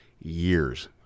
years